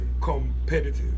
competitive